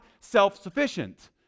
self-sufficient